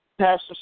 Pastor